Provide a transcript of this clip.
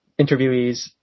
interviewees